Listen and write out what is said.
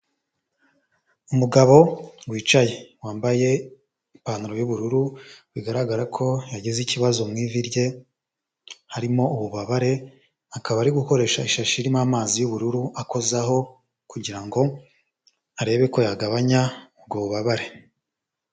Umugabo wicaye, wambaye ipantaro y'ubururu bigaragara ko yagize ikibazo mu ivi rye, harimo ububabare, akaba ari gukoresha ishashi irimo amazi y'ubururu akozaho kugira ngo ngo arebe ko yagabanya ubwo bubabare.